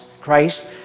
Christ